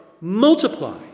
multiply